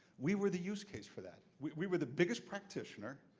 we were the use case for that. we were the biggest practitioner,